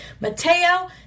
Mateo